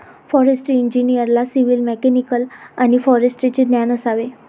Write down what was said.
forestry इंजिनिअरला civil, mechanical आणि फॉरेस्ट्रीचे ज्ञान असावे